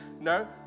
no